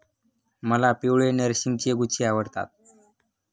मला पिवळे नर्गिसचे गुच्छे आवडतात